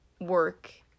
work